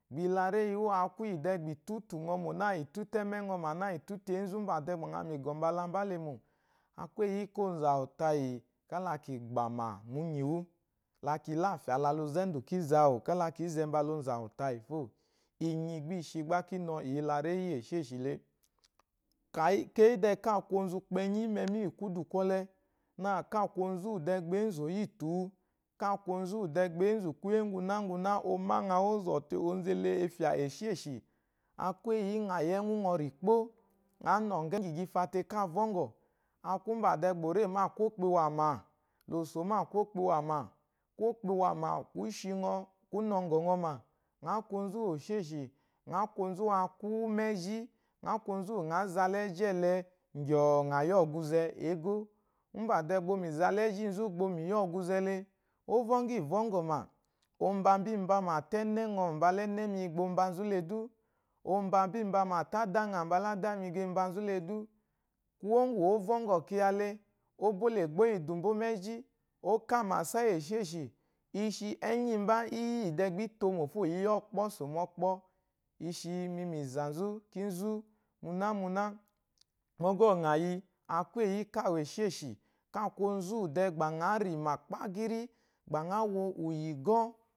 Bi yilareyi wú a kwu íyì dɛɛ gbà ì tútù ɛ́mɛ́ ŋɔ mò nâ ì tútù ɛ́mɛ́ ŋɔ mà nâ ì tútù enzu úmbà dɛɛ gbà ŋɔ̀ yi mu ìgɔ̀ mbala mbá le mò. A kwu éyi yí káa onzu àwù tayì kála kì gbàmà múnyiwú. La ki láfyà la lunzɛ úndù kí zɛ awù kála kí zɛ àwù kála kí zɛ mbala onzu àwù tayì fô. Inyi gbá i shi gbá kí nɔ ìyelaréyi íyì èshêshì le. Kà ete yí dɛɛ ká a kwu onzu kpɛnyí mu ɛmi íyì kwúdù kwɔlɛ, nâ ká a kwu onzu úwù dɛɛ gbá énzu ò yítù wu, ká a kwu onzu úwù dɛɛ gbà eènzù kwúyè úŋgunáŋgwuná, ɔ má ŋa ó zɔ̀ tee, onzu ele è fyà èshêshì. A kwɛ le, ó vɔ́ŋgíivɔ́ngɔ̀ mà, o mbambímba má tà ɛ́nɛ́ ŋɔ mbala ɛ́nɛ́ mi gba o mba nzú le dú, o mbambímba má tà ádá ŋa mbala ádá mi gba o mba nzú le dú. Kwúyè úŋgù ó vɔ́ŋgɔ̀ kyiyau éyi yí ŋa yí ɛ́ŋwú ŋɔ gbó, ŋǎ nɔ̀ŋgɔ íyì gbà i fa tee káa vɔ́ŋgɔ̀, a kwu úmbà dɛɛ gbà ò rê mbâ kwókpo ìwàmà la ò sò mbâ kwókpo ìwàmà, kwókpo ìwàmà àwù kwǔ shi ŋɔ, kwú nɔ̀ŋgɔ ŋɔ mà, ŋǎ kwu onzu úwù èshêshì, ŋǎ kwu onzu úwakwúú mu ɛ́zhí, ŋǎ kwu onzu úwù ŋǎ za la ɛ́zhí ɛlɛ nvɛ̀ɛ̀ ŋà yí ɛ̀gwuzɛ égó. Úmbà dɛɛ gbà o yi mìza la ɛ́zhíi nzú gbà o yi mìyí ɔgwuz le, ó bó la ègbó íyì ìdù mbó mɛ́zhí, ó ká àmàsa íyì èshêshì. I shi, ɛ́nyíi mbá í yi íyì dɛɛ gbá í tomò fô, íyɔ́kpɔ́ sò mɔ́kpɔ́. I shi mi mìzà nzú, kínzú, munámuná, mɔgɔ́ wù ŋà yi, a kwu éyi yí káa wo èshêshì, káa kwu onzu úwù dɛɛ gbà ŋǎ rìmà kpákírí, gbà ŋǎ wo ì yi ìgɔ́.